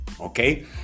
Okay